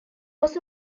was